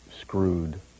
screwed